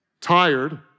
tired